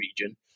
region